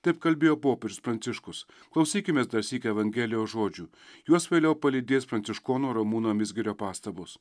taip kalbėjo popiežius pranciškus klausykimės dar sykį evangelijos žodžių juos vėliau palydės pranciškono ramūno mizgirio pastabos